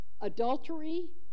adultery